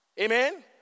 Amen